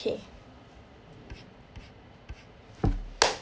okay